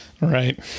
Right